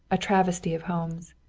a travesty of homes.